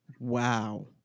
Wow